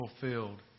fulfilled